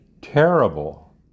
terrible